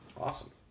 Awesome